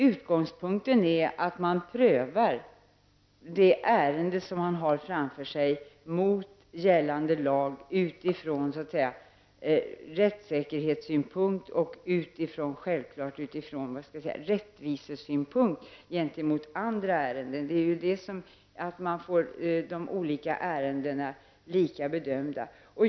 Utgångspunkten är att pröva det ärende som man har framför sig mot gällande lag utifrån rättssäkerhetssynpunkt och självfallet också från rättvisesynpunkt med tanke på andra ärenden. Det gäller ju att få de olika ärendena lika bedömda.